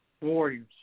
warriors